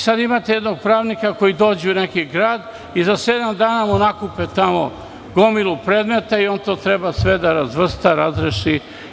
Sada imate jednog pravnika koji dođe u neki grad i za sedam dana mu nakupe tamo gomilu predmeta i on to treba sve da razvrsta, razreši.